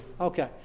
Okay